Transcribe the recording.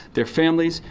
their families,